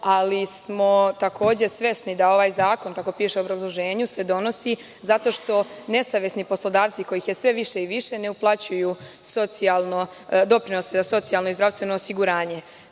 ali smo takođe svesni da ovaj zakon kako piše u obrazloženju se donosi zato što nesavesni poslodavci koji je sve više ne uplaćuju doprinose za socijalno i zdravstveno osiguranje.